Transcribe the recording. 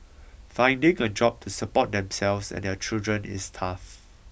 finding a job to support themselves and their children is tough